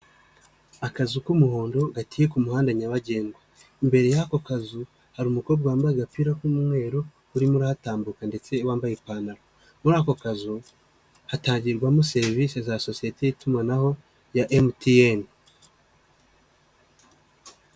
Akazu k'umuhondo gateye k'umuhanda nyabagendwa. Imbere yako kazu hari umukobwa wambaye agapira k'umweru urimo uratambuka ndetse wambaye ipantaro. Muri ako kazu hatangirwamo serivisi za sosiyete y'itumanaho ya MTN .